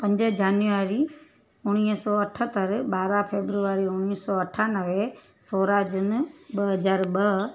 पंज जनवरी उणिवीह सौ अठहतरि ॿारहां फेबररी उणिवीह सौ अठानवे सोरहां जून ॿ हज़ार ॿ